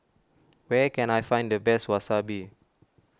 where can I find the best Wasabi